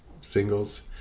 singles